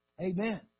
Amen